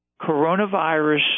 coronavirus